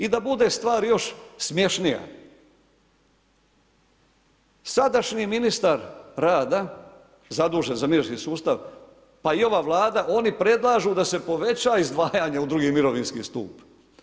I da bude stvar još smješnija, sadašnji ministar rada zadužen za mirovinski sustav, pa i ova Vlada, oni predlažu da se poveća izdvajanja u II. mirovinski stup.